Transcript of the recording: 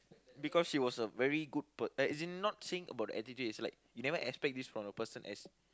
because he was a very good per~ like as in not saying about the attitude it's like you never expect this from a person as